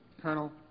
Colonel